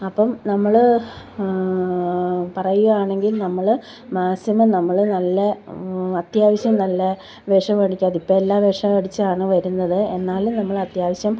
അപ്പം നമ്മൾ പറയുകയാണെങ്കിൽ നമ്മൾ മാക്സിമം നമ്മൾ നല്ല അത്യാവശ്യം നല്ല വിഷമടിക്കാത്ത ഇപ്പം എല്ലാ വിഷം അടിച്ചാണ് വരുന്നത് എന്നാലും നമ്മളത്യാവശ്യം